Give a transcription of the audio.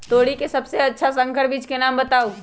तोरी के सबसे अच्छा संकर बीज के नाम बताऊ?